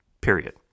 period